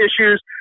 issues